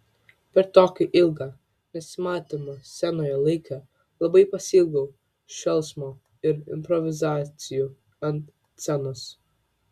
per tokį ilgą nesimatymo scenoje laiką labai pasiilgau šėlsmo ir improvizacijų ant scenos